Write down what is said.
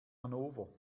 hannover